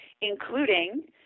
including